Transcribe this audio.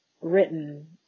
written